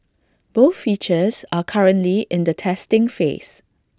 both features are currently in the testing phase